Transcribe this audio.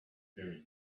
very